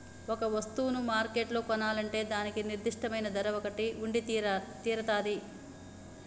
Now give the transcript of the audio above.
ఒక వస్తువును మార్కెట్లో కొనాలంటే దానికి నిర్దిష్టమైన ధర ఒకటి ఉండితీరతాది